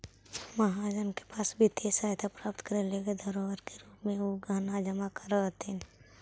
महाजन के पास वित्तीय सहायता प्राप्त करे लगी धरोहर के रूप में उ गहना जमा करऽ हथि